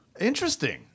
interesting